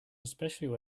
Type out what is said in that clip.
especially